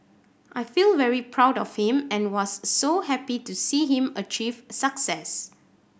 I feel very proud of him and was so happy to see him achieve success